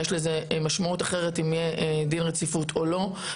יש לזה משמעות אחרת אם יהיה דיון רציפות או לא,